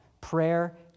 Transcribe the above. Prayer